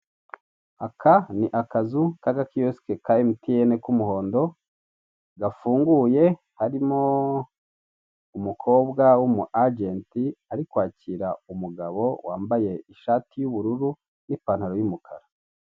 Aka ni akazu k'agakiyosike, ka emutiyene, k'umuhondo, gafunguye, harimo umukobwa w'umu ajenti, ari kwakira umugabo wambaye ishati y'ubururu n'ipantaro y'umukara.